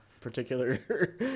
particular